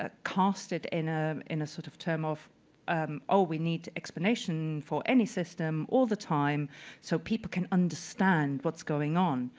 ah cast it in a in a sort of term of oh, we need explanation for any system all the time so people can understand what's going on.